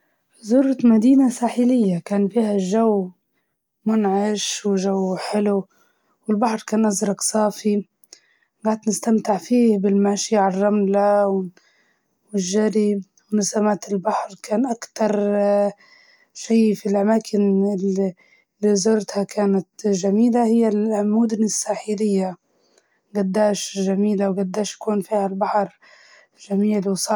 مشيت للسوق القديم مع صاحباتي آخر شي، الجو كان حلو، والمكان يشرح الصدر، الأكل، القهوة، كل شي غادي يعطي إحساس بالماضي.